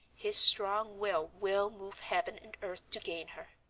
his strong will will move heaven and earth to gain her.